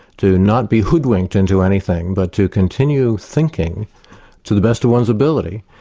to not be hoodwinked into anything but to continue thinking to the best of one's ability.